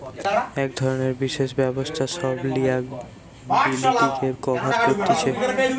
এক ধরণের বিশেষ ব্যবস্থা সব লিয়াবিলিটিকে কভার কতিছে